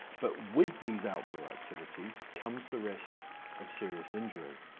but with these outdoor activities comes the risk of serious injury.